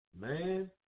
Man